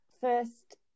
first